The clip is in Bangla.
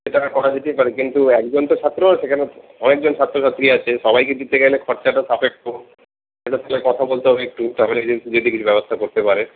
সেটা করা যেতেই পারে কিন্তু একজন তো ছাত্র না সেখানে অনেকজন ছাত্রছাত্রী আছে সবাইকে দিতে গেলে খরচাটা সাপেক্ষ সেটা তাহলে কথা বলতে হবে একটু ট্রাভেল এজেন্সি দেখি কি ব্যবস্থা করতে পারে